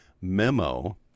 memo